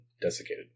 desiccated